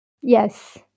Yes